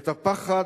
את הפחד,